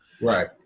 right